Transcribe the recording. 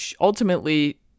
ultimately